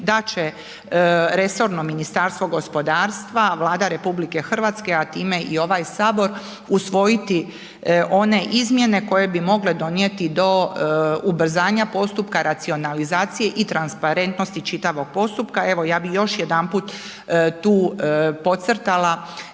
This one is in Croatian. da će resorno Ministarstvo gospodarstva, Vlada RH, a time i ovaj HS, usvojiti one izmjene koje bi mogle donijeti do ubrzanja postupka, racionalizacije i transparentnosti čitavog postupka, evo ja bi još jedanput tu podcrtala